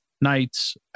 nights